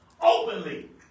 openly